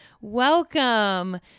Welcome